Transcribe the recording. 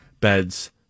beds